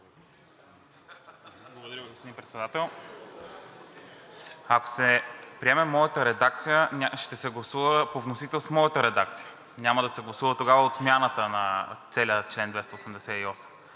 Благодаря Ви, господин Председател. Ако се приеме моята редакция, ще се гласува по вносител с моята редакция и тогава няма да се гласува отмяната на целия чл. 288,